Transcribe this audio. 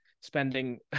spending